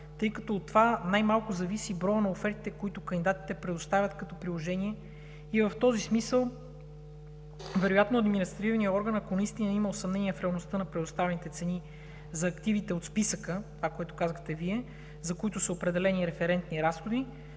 тъй като от това най-малко зависи броят на офертите, които кандидатите предоставят като приложение. В този смисъл вероятно административният орган на Комисията е имал съмнения в реалността на предоставените цени за активите от списъка – това, което казахте Вие, за които са определени референтни разходи.